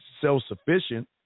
self-sufficient